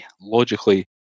Logically